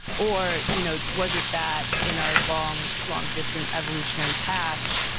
or you know was it that in our long long distant evolutionary past,